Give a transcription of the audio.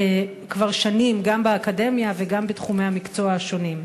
כבר שנים, גם באקדמיה וגם בתחומי המקצוע השונים.